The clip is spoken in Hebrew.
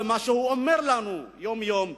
במה שהוא אומר לנו יום-יום,